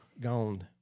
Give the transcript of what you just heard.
gone